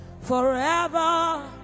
forever